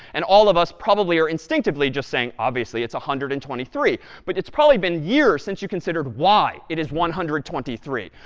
and all of us probably are instinctively just saying, obviously, it's a hundred and twenty three. but it's probably been years since you considered why it is one hundred twenty three.